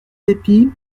épis